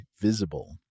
visible